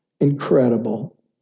incredible